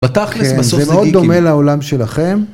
כן זה מאוד דומה לעולם שלכם